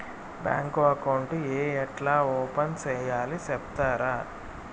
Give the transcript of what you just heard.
Bank account ఏ ఎట్లా open సేయాలి సెప్తారా?